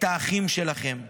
את האחים שלכם,